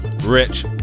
Rich